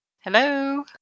hello